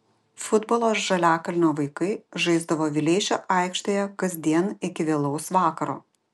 futbolą žaliakalnio vaikai žaisdavo vileišio aikštėje kasdien iki vėlaus vakaro